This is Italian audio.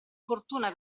fortuna